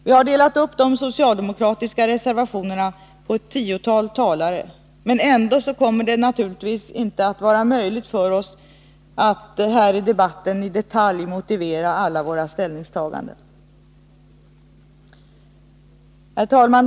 Vi har delat upp de socialdemokratiska reservationerna på tiotalet talare, men ändå kommer det naturligtvis inte att vara möjligt för oss att här i debatten i detalj motivera alla våra ställningstaganden. Herr talman!